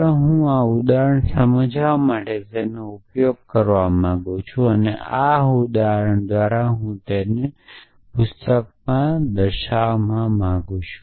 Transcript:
ચાલો હું આ ઉદાહરણ સમજાવવા માટે તેનો ઉપયોગ કરવા માંગું છું અને આ ઉદાહરણ હું તેના દ્વારા પુસ્તકનું છે જે તેને આ સંકેતમાં લખે છે